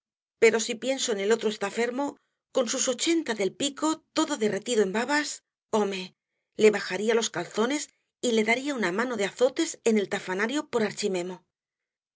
pero si pienso en el otro estafermo con sus ochenta del pico todo derretido en babas home le bajaría los calzones y le daría una mano de azotes en el tafanario por archimemo